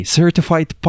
certified